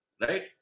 right